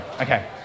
Okay